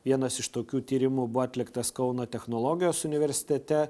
vienas iš tokių tyrimų buvo atliktas kauno technologijos universitete